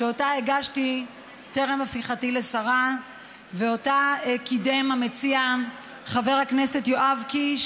שאותה הגשתי טרם הפיכתי לשרה ואותה קידם המציע חבר הכנסת יואב קיש,